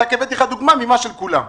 הבאתי לך דוגמה ממה שנאמר לי שהוא של כולם.